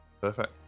Perfect